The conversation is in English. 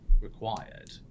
required